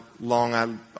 long